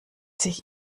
sich